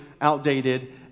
outdated